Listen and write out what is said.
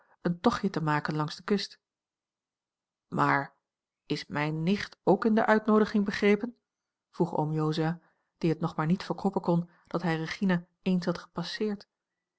een tochtje te maken langs de kust maar is mijne nicht ook in de uitnoodiging begrepen vroeg oom jozua die het nog maar niet verkroppen kon dat hij regina eens had gepasseerd